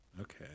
Okay